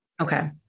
Okay